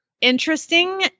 interesting